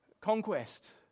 conquest